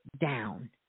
down